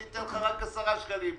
אני אתן לך רק עשרה שקלים.